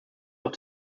auch